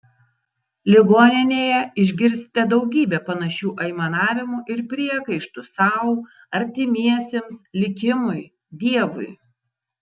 ligoninėje išgirsite daugybę panašių aimanavimų ir priekaištų sau artimiesiems likimui dievui